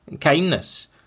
kindness